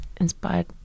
inspired